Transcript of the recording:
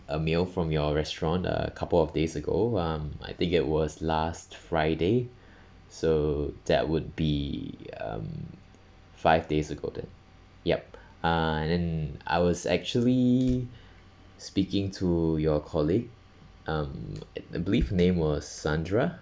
a meal from your restaurant a couple of days ago um I think it was last friday so that would be um five days ago then yup uh and I was actually speaking to your colleague um I believed her name was sandra